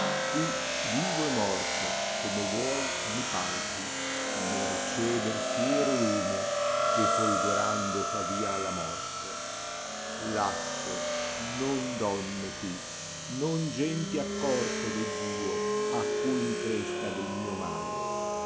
qui vivo e morto come vuoi mi palpi mercè del fiero lume che folgorando fa via alla morte lasso non donne qui non genti accorte veggio io a cui incresca del mio male